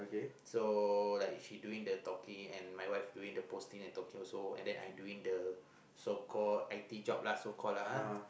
so like she doing the talking and my wife doing the posting and talking also and then I doing the so call I_T job lah so call lah